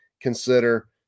consider